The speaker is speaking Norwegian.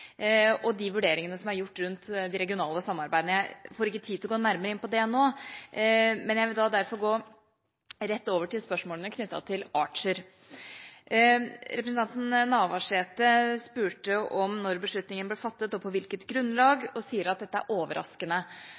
og de vurderingene som er gjort rundt de regionale samarbeidene. Jeg får ikke tid til å gå nærmere inn på det nå, så jeg vil derfor gå rett over på spørsmålene knyttet til Archer. Representanten Navarsete spurte om når beslutningen ble fattet, og på hvilket grunnlag, og sier at dette er overraskende.